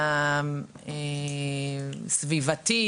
הסביבתית,